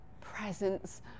presence